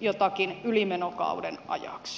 jotakin ylimenokauden ajaksi